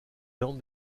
lande